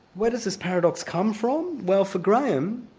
where does this paradox come from? well for graham,